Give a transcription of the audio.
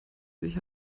sich